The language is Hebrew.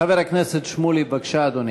חבר הכנסת שמולי, בבקשה, אדוני.